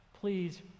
please